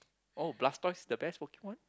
oh Blastoise is the best Pokemon